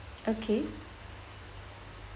okay